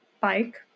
bike